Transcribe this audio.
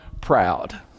proud